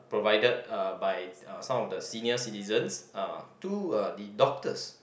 provided uh by some of the senior citizens uh to the doctors